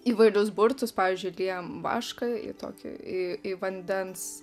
įvairius burtus pavyzdžiui liejam vašką į tokį į į vandens